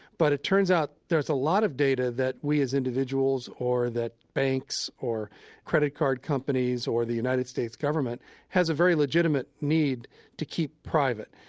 but it turns out there's a lot of data that we as individuals or that banks or credit card companies or the united states government has a very legitimate need to keep private.